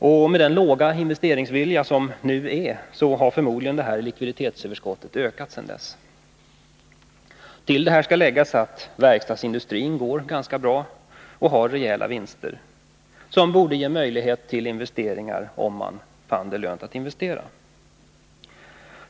Med tanke på att investeringsviljan nu är så låg har förmodligen likviditetsöverskottet ökat sedan dess. Till detta skall läggas att verkstadsindustrin går ganska bra och har rejäla vinster, något som borde ge möjlighet till investeringar om man fann det lönt att investera.